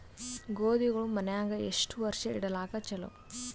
ಗೋಧಿಗಳು ಮನ್ಯಾಗ ಎಷ್ಟು ವರ್ಷ ಇಡಲಾಕ ಚಲೋ?